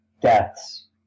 deaths